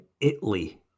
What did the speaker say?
Italy